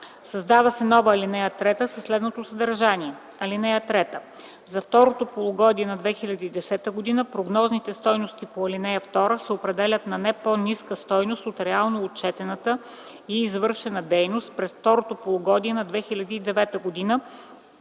Създава се нова ал. 3 със следното съдържание: „(3) За второто полугодие на 2010 г. прогнозните стойности по ал. 2 се определят на не по-ниска стойност от реално отчетената и извършена дейност през второто полугодие на 2009 г.,